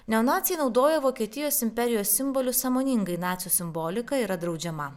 neonaciai naudoja vokietijos imperijos simbolius sąmoningai nacių simbolika yra draudžiama